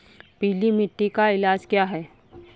पीली मिट्टी का इलाज क्या है?